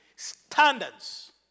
Standards